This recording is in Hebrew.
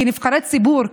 כנבחרי ציבור,